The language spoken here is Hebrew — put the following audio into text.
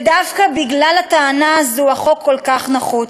ודווקא בגלל הטענה הזאת החוק כל כך נחוץ,